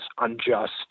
unjust